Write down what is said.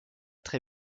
très